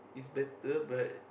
is better but